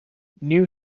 new